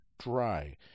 dry